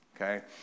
Okay